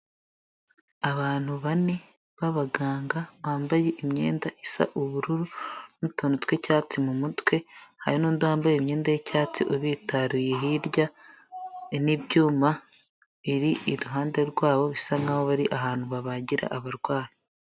Abantu bane babaganga bambaye imyenda isa ubururu n'utuntu tw'icyatsi mu mutwe hari n'undi wambaye imyenda y'icyatsi ubitaruye hirya n'ibyuma biri iruhande rw'abo bisa nk'aho bari ahantu babagira abarwayi.